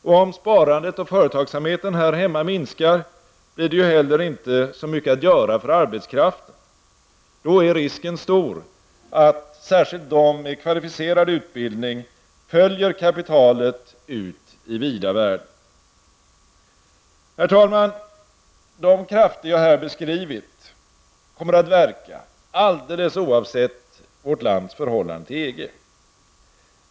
Och om sparandet och företagsamheten här hemma minskar, blir det ju heller inte så mycket att göra för arbetskraften. Då är risken stor att särskilt de med kvalificerad utbildning följer kapitalet ut i vida världen. Herr talman! De krafter jag här beskrivit kommer att verka alldeles oavsett vårt lands förhållande till EG.